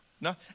No